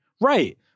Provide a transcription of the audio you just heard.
right